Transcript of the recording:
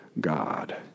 God